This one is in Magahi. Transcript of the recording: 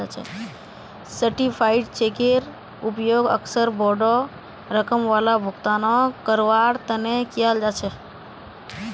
सर्टीफाइड चेकेर उपयोग अक्सर बोडो रकम वाला भुगतानक करवार तने कियाल जा छे